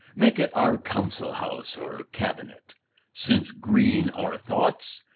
make it our counsel house or cabinet since green our thoughts,